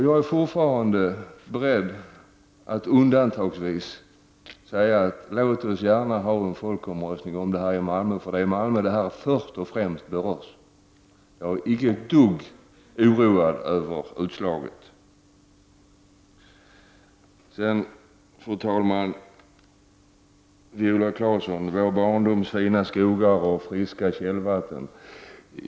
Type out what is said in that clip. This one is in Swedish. Jag är fortfarande beredd att i undantagsfall föreslå en folkomröstning om detta i Malmö, eftersom detta först och främst berör just Malmö. Jag är icke ett dugg oroad över utslaget av en sådan folkomröstning. Fru talman! Viola Claesson talar om vår barndoms fina skogar och friska källvatten.